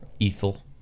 Ethel